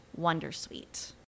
Wondersuite